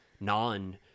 non